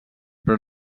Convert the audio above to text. però